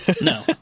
No